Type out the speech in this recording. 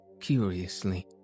curiously